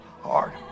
hard